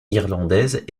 irlandaise